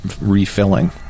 refilling